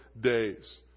days